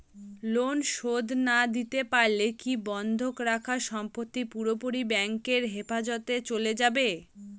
Loan শোধ না দিতে পারলে কি বন্ধক রাখা সম্পত্তি পুরোপুরি ব্যাংকের হেফাজতে চলে যাবে?